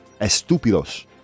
estúpidos